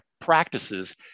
practices